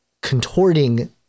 contorting